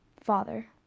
father